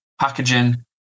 packaging